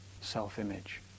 self-image